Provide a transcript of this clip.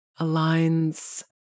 aligns